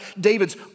David's